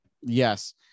yes